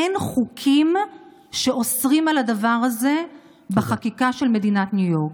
אין חוקים שאוסרים על הדבר הזה בחקיקה של מדינת ניו יורק.